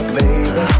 baby